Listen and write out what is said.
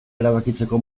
erabakitzeko